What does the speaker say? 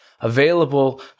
available